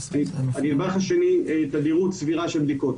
הנדבך השני הוא תדירות סבירה של בדיקות,